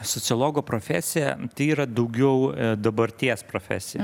sociologo profesiją yra daugiau dabarties profesija